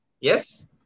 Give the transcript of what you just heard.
Yes